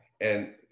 And-